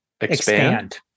expand